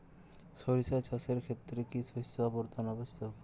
সরিষা চাষের ক্ষেত্রে কি শস্য আবর্তন আবশ্যক?